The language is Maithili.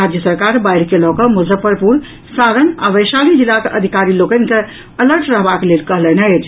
राज्य सरकार बाढ़िक लऽकऽ मुजफ्फरपुर सारण आ वैशाली जिलाक अधिकारी लोकनि के अलर्ट रहबाक लेल कहलनि अछि